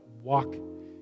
walk